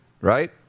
right